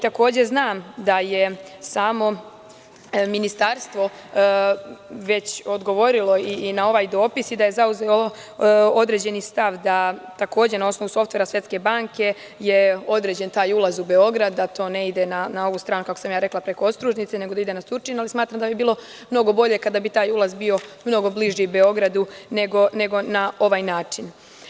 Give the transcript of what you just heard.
Takođe, znam da je samo ministarstvo već odgovorilo i na ovaj dopis i da je zauzelo određeni stav, da na osnovu softvera Svetske banke je određen taj ulaz u Beograd, da to ne ide na ovu stranu kako sam ja rekla, preko Ostružnice, nego da ide na Surčin, ali smatram da bi bilo mnogo bolje kada bi taj ulaz mnogo bliži Beogradu nego na ovaj način.